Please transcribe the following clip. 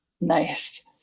nice